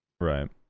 Right